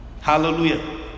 Hallelujah